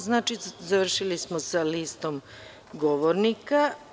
Znači, završili smo sa listom govornika.